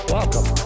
Welcome